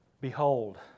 Behold